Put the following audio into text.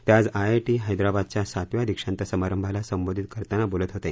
ते आज आईआईटी हैदराबादच्या सातव्या दीक्षांत समारंभाला संबोधित करताना बोलत होते